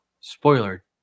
Spoiler